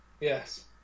yes